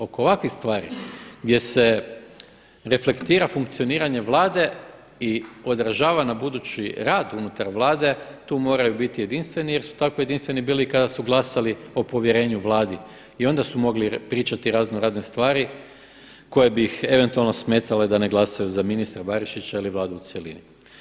Oko ovakvih stvari gdje se reflektira funkcioniranje Vlade i odražava na budući rad unutar Vlade tu moraju biti jedinstveni jer su tako jedinstveni bili i kada su glasali o povjerenju Vladi i onda su mogli pričati razno razne stvari koje bi ih eventualno smetale da ne glasaju za ministra Barišića ili Vladu u cjelini.